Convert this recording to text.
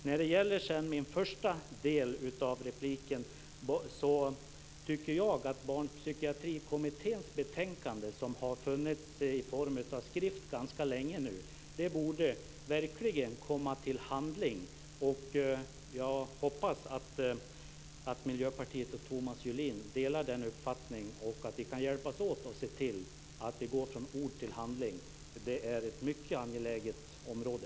När det gäller den första delen av min replik tycker jag att Barnpsykiatrikommitténs betänkande, som har funnits i form av skrift ganska länge nu, borde verkligen bli till föremål för handling. Jag hoppas verkligen att Miljöpartiet och Thomas Julin delar den uppfattningen och att vi kan hjälpas åt att se till att vi går från ord till handling. Det är ett mycket angeläget område.